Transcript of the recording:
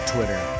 Twitter